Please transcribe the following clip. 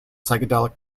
psychedelic